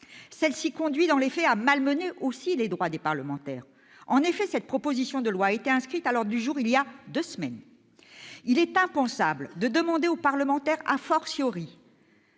celle-ci conduit dans les faits à malmener les droits des parlementaires. La proposition de loi ayant été inscrite à l'ordre du jour voilà deux semaines, il est impensable de demander aux parlementaires, à